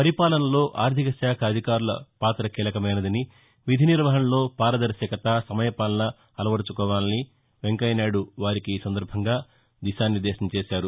పరిపాలనలో ఆర్లిక శాఖ అధికారుల పాత కీలకమైనదని విధినిర్వహణలో పారదర్శకత సమయపాలన అలవరుచుకోవాలని వారికి వెంకయ్యనాయుడు ఈ సందర్భంగా దిశానిర్దేశం చేశారు